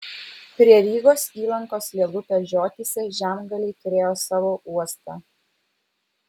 prie rygos įlankos lielupės žiotyse žemgaliai turėjo savo uostą